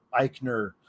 Eichner